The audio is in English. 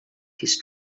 his